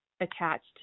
attached